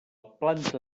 planta